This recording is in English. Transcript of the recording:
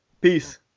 Peace